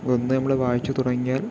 ഒന്ന് നമ്മള് വായിച്ചു തുടങ്ങിയാൽ